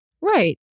Right